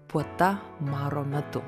puota maro metu